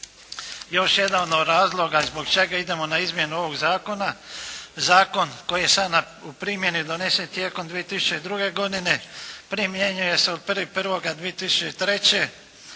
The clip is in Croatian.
Još jedan od razloga zbog čega idemo na izmjenu ovog zakona, zakon koji je sada u primjeni donesen je tijekom 2002. godine primjenjuje se od 1.1.2003.